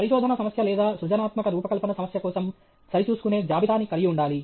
పరిశోధన సమస్య లేదా సృజనాత్మక రూపకల్పన సమస్య కోసం సరిచూచుకునే జాబితాని కలిగివుండాలి